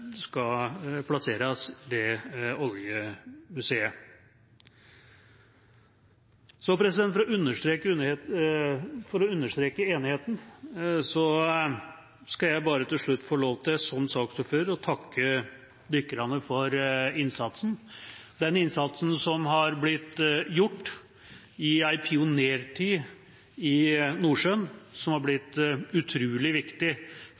skal plasseres ved Oljemuseet. For å understreke enigheten skal jeg bare til slutt få lov til, som saksordføreren, å takke dykkerne for innsatsen, ikke bare den innsatsen som har blitt gjort i en pionertid i Nordsjøen, som har blitt utrolig viktig